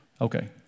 Okay